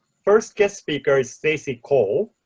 first guest speaker is stacey kole,